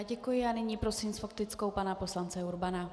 Děkuji a nyní prosím s faktickou pana poslance Urbana.